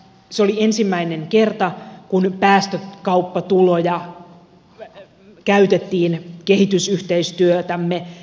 se oli ensimmäinen kerta kun päästökauppatuloja käytettiin kehitysyhteistyötämme vahvistamaan